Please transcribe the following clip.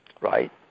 right